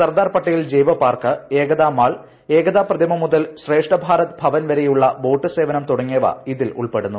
സർദാർ പട്ടേൽ ജൈവ park Ekta mall ഏകതാ പ്രതിമ മുതൽ ശ്രേഷ്ഠ ഭാരത് ഭവൻ വരെയുള്ള ബോട്ട് സേവനും തുടങ്ങിയവ ഇതിൽ ഉൾപ്പെടുന്നു